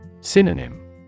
Synonym